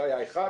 זה היה אחד.